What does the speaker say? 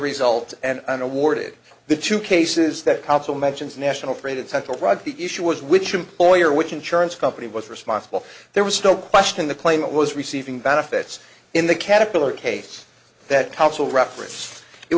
result and awarded the two cases that council mentions national freighted central rug the issue was which employer which insurance company was responsible there was still question the claimant was receiving benefits in the caterpillar case that counsel reference it